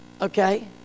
Okay